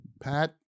Pat